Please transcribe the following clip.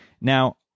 Now